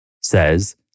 says